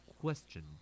question